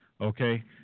okay